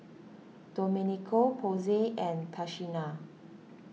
Domenico Posey and Tashina